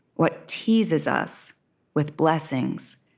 what teases us with blessings,